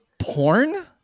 porn